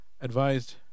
advised